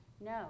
No